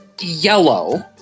yellow